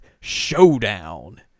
Showdown